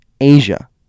Asia